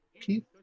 Keith